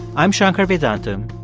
i'm shankar vedantam,